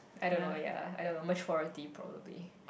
I don't know ya I don't know maturity probably